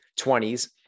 20s